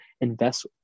invest